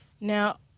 Now